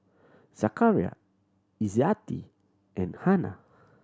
Zakaria Izzati and Hana